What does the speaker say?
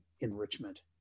enrichment